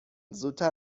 زودتر